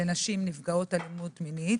לנשים נפגעות אלימות בכלל,